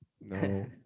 No